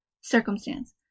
Circumstance